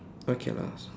okay lah